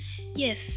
Yes